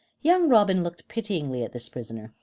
young robin looked pityingly at this prisoner,